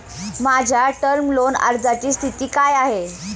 माझ्या term loan अर्जाची स्थिती काय आहे?